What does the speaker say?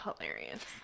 hilarious